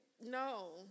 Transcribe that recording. no